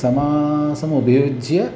समासम् उपयुज्य